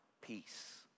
peace